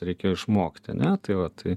reikėjo išmokt ane tai va tai